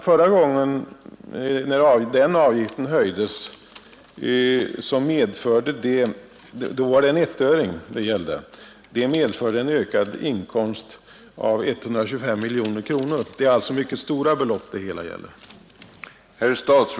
Förra gången den avgiften höjdes — då var höjningen 1 öre — vill jag minnas att det medförde en inkomstökning på 125 miljoner kronor. Det är alltså mycket stora belopp det hela gäller.